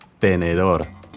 tenedor